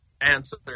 answer